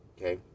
okay